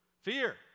Fear